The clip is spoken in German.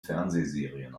fernsehserien